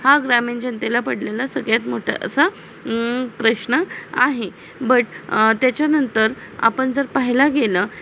हा ग्रामीण जनतेला पडलेला सगळ्यात मोठा असा प्रश्न आहे बट त्याच्यानंतर आपण जर पाहिला गेलं